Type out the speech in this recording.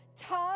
tough